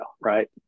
right